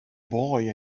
boy